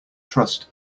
trust